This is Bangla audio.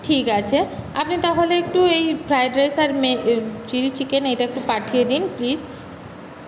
ঠিক আছে আপনি তাহলে একটু এইফ্রাইড রাইস আর চিলি চিকেন এইটা একটু পাঠিয়ে দিন প্লিজ